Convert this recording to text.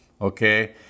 okay